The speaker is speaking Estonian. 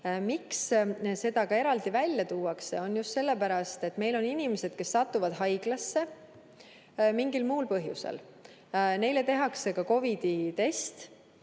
Miks seda ka eraldi välja tuuakse, on just sellepärast, et meil on inimesed, kes satuvad haiglasse mingil muul põhjusel, neile tehakse COVID-i test